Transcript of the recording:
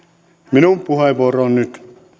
minun puheenvuoroni on nyt